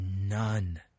none